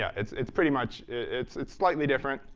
yeah it's it's pretty much it's it's slightly different.